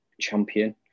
champion